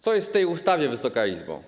Co jest w tej ustawie, Wysoka Izbo?